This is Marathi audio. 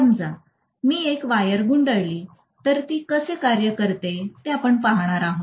समजा मी एक वायर गुंडाळली तर ती कसे कार्य करते ते आपण पहात आहोत